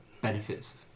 benefits